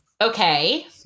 Okay